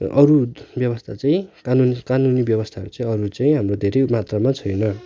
अरू व्यवस्था चाहिँ कानुनी कानुनी व्यवस्थाहरू चाहिँ अरू चाहिँ हाम्रो धेरै मात्रामा छैन